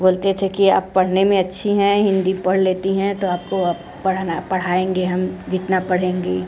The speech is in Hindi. बोलते थे कि आप पढ़ने में अच्छी हैं हिंदी पढ़ लेती हैं तो आपको पढ़ना पढ़ाएंगे हम जितना पढ़ेंगी